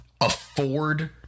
afford